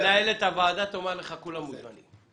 מנהלת הוועדה תאמר לך שכולם מוזמנים.